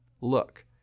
look